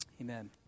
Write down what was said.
Amen